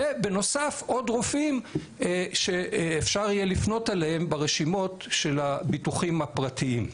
ובנוסף עוד רופאים שאפשר יהיה לפנות אליהם ברשימות של הביטוחים הפרטיים.